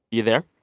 you there?